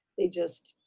they just,